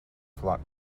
flock